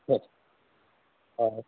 ꯍꯣꯏ ꯑꯥ